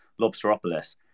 Lobsteropolis